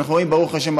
ואנחנו רואים: ברוך השם,